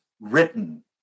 written